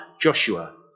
Joshua